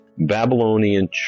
Babylonian